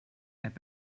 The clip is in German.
app